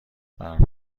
برف